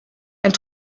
elle